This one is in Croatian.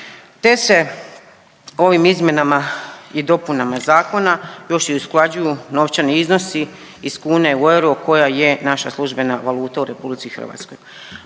te se ovim izmjenama i dopunama zakona još i usklađuju novčani iznosi iz kune u euro koja je naša službena valuta u RH.